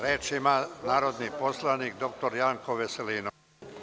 Reč ima narodni poslanik dr Janko Veselinović.